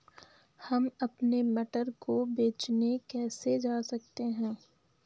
हम अपने मटर को बेचने कैसे जा सकते हैं?